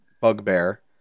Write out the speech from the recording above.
bugbear